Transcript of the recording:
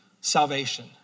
salvation